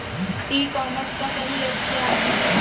ई commerce का सही अर्थ क्या है?